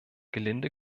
gelinde